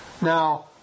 Now